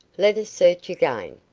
let us search again.